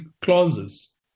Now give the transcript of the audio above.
clauses